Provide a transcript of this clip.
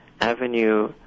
avenue